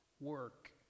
Work